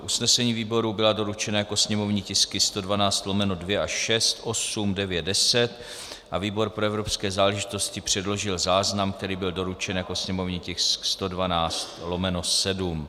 Usnesení výborů byla doručena jako sněmovní tisky 112/2 až 6, 8, 9, 10 a výbor pro evropské záležitosti předložil záznam, který byl doručen jako sněmovní tisk 112/7.